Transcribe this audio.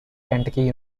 kentucky